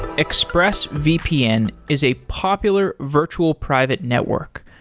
expressvpn is a popular virtual private network.